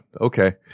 Okay